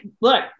look